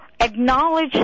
acknowledge